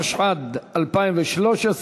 התשע"ד 2013,